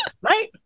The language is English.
right